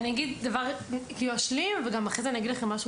אני רק רוצה להשלים בעניין הזה שאפשר